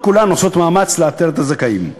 לא כולן עושות מאמץ לאתר את הזכאים.